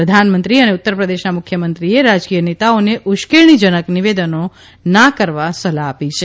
પ્રધાનમંત્રી અને ઉત્તરપ્રદેશના મુખ્યમંત્રીએ રાજકીય નેતાઓને ઉશ્કેરણીજનક નિવેદનો ના કરવા સલાહ આપી છે